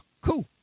cool